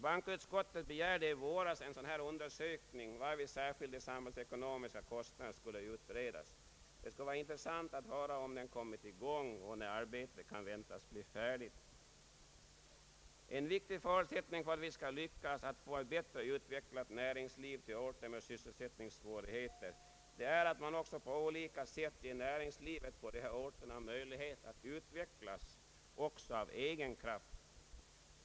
Bankoutskottet begärde i våras en dylik undersökning, som särskilt skulle avse de samhällsekonomiska kostnaderna. Det skulle vara intressant att höra om den kommit i gång och när arbetet kan väntas bli färdigt. En viktig förutsättning för att vi skall lyckas få ett bättre utvecklat näringsliv till orter med sysselsättningssvårigheter är att man också på olika sätt ger näringslivet på dessa orter möjlighet att utvecklas även av egen kraft.